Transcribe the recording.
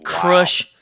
Crush